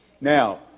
Now